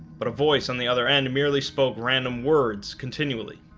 but a voice on the other end merely spoke random words continually.